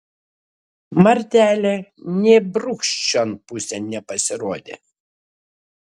martelė nė brūkšt šion pusėn nepasirodė